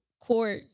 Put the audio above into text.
court